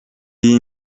iyi